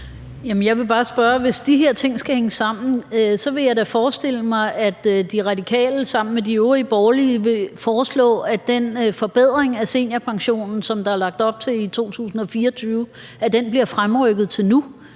Hvis de her ting skal hænge sammen, vil jeg da forestille mig, at De Radikale sammen med de øvrige borgerlige vil foreslå, at den forbedring af seniorpensionen, som der lagt op til i 2024, bliver fremrykket til nu,